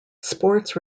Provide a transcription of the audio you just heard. sports